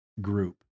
group